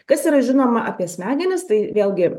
kas yra žinoma apie smegenis tai vėlgi